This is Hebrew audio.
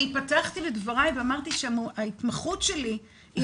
לכן פתחתי ואמרתי שההתמחות שלי היא